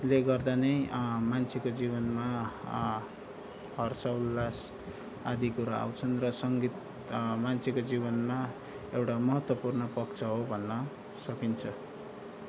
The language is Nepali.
ले गर्दा नै मान्छेको जीवनमा हर्ष उल्लास आदि कुरा आउँछन् र सङ्गीत मान्छेको जीवनमा एउटा महत्त्वपूर्ण पक्ष हो भन्न सकिन्छ